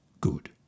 Good